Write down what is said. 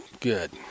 good